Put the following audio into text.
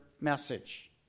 message